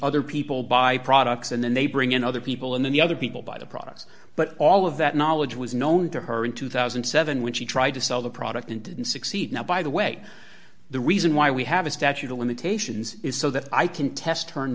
other people buy products and then they bring in other people and then the other people buy the yes but all of that knowledge was known to her in two thousand and seven when she tried to sell the product and didn't succeed now by the way the reason why we have a statute of limitations is so that i can test